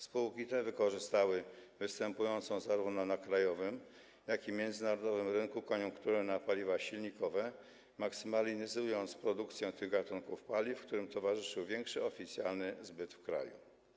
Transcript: Spółki te wykorzystały występującą zarówno na krajowym, jak i międzynarodowym rynku koniunkturę na paliwa silnikowe maksymalizując produkcję tych gatunków paliw, której towarzyszył większy oficjalny zbyt w kraju.